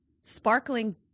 Sparkling